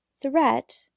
threat